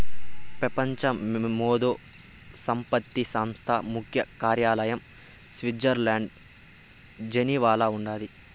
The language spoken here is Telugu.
పెపంచ మేధో సంపత్తి సంస్థ ముఖ్య కార్యాలయం స్విట్జర్లండ్ల జెనీవాల ఉండాది